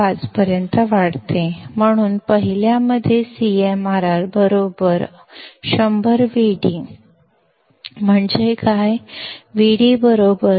ಎರಡನೇ ಮೌಲ್ಯವನ್ನು CMRR 10 ರಿಂದ 5 ಕ್ಕೆ ಏರಿಸಿದಂತೆ ನೀಡಲಾಗುತ್ತದೆ